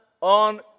on